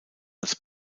als